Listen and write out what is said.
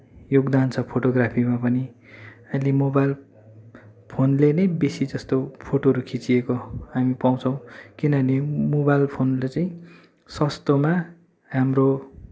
योगदान छ फोटोग्राफीमा पनि अहिले मोबाइल फोनले नै बेसीजस्तो फोटोहरू खिचिएको हामी पाउँछौँ किनभने मोबाइल फोनले चाहिँ सस्तोमा हाम्रो